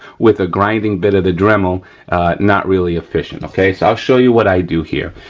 with the grinding bit of the dremel not really efficient, okay. so i'll show you what i do here.